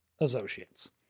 associates